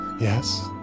Yes